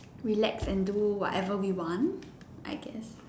relax and do whatever we want I guess